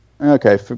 Okay